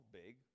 big